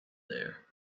there